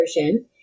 version